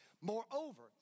Moreover